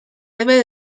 debe